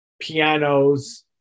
pianos